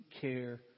care